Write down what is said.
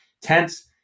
tents